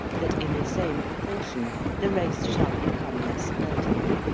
that in the same proportion, the race shall become less fertile.